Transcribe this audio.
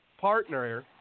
partner